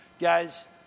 Guys